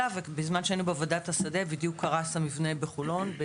ובזמן שהיינו בעבודת השדה קרס המבנה בחולון,